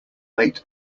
late